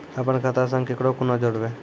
अपन खाता संग ककरो कूना जोडवै?